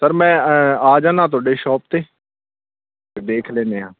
sir ਮੈਂ ਆ ਜਾਂਦਾ ਤੁਹਾਡੇ ਸ਼ੋਪ 'ਤੇ ਦੇਖ ਲੈਂਦੇ ਹਾਂ